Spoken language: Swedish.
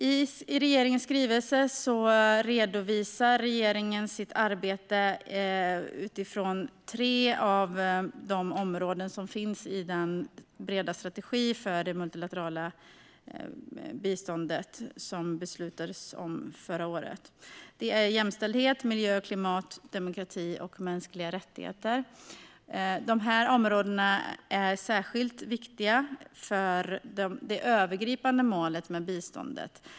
I regeringens skrivelse redovisar regeringen sitt arbete utifrån tre av de områden som finns i den breda strategi för det multilaterala biståndet som det beslutades om förra året. Det är jämställdhet, miljö och klimat samt demokrati och mänskliga rättigheter. Dessa områden är särskilt viktiga för det övergripande målet med biståndet.